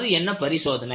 அது என்ன பரிசோதனை